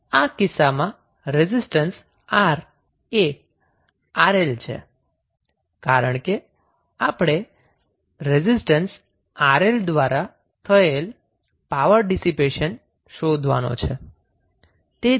આ કિસ્સામાં રેઝિસ્ટન્સ 𝑅 એ 𝑅𝐿 છે કારણ કે આપણે રેઝિસ્ટન્સ 𝑅𝐿 દ્વારા થયેલ પાવર ડિસિપેશન શોધવાનો છે